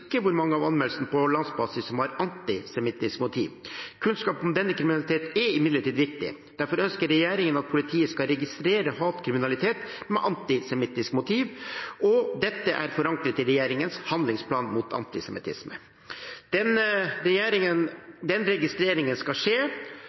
hvor mange av anmeldelsene på landsbasis som har antisemittisk motiv. Kunnskap om denne typen kriminalitet er imidlertid viktig. Derfor ønsker regjeringen at politiet skal registrere hatkriminalitet med antisemittisk motiv, og dette er forankret i regjeringens handlingsplan mot antisemittisme.